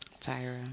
Tyra